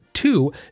two